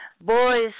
Boys